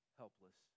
helpless